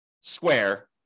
square